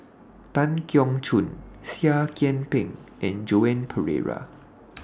Tan Keong Choon Seah Kian Peng and Joan Pereira